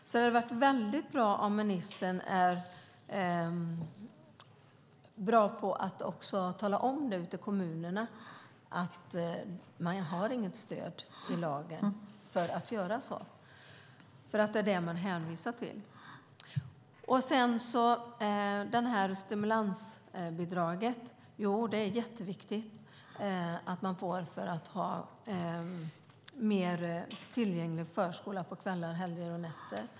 Det hade alltså varit väldigt bra om ministern kunde vara bra på att tala om ute i kommunerna att de inte har stöd i lagen för att göra så. Det är nämligen det de hänvisar till. När det gäller stimulansbidraget är det jätteviktigt att man får det för att ha en mer tillgänglig förskola på kvällar, helger och nätter.